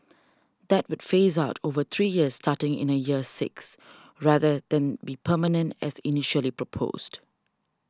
that would phase out over three years starting in the year six rather than be permanent as initially proposed